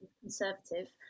conservative